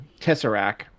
tesseract